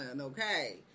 okay